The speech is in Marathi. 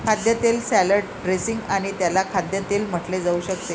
खाद्यतेल सॅलड ड्रेसिंग आणि त्याला खाद्यतेल म्हटले जाऊ शकते